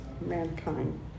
mankind